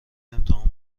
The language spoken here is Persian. امتحان